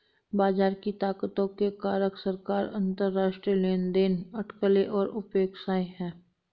बाजार की ताकतों के कारक सरकार, अंतरराष्ट्रीय लेनदेन, अटकलें और अपेक्षाएं हैं